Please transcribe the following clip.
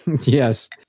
Yes